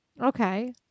Okay